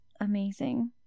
amazing